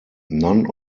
none